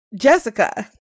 Jessica